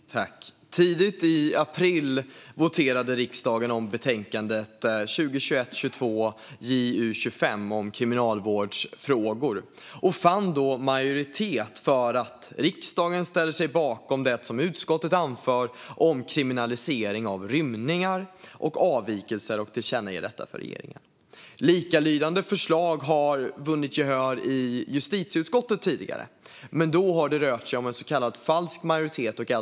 Fru talman! Tidigt i april voterade riksdagen om betänkandet 2021/22:JuU25 om kriminalvårdsfrågor, och en majoritet ställde sig då bakom det utskottet anförde om kriminalisering av rymningar och avvikelser och tillkännagav detta för regeringen. Likalydande förslag har tidigare vunnit gehör i justitieutskottet men därefter fallit i kammaren då det rört sig om så kallad falsk majoritet.